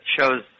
shows